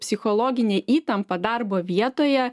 psichologinė įtampa darbo vietoje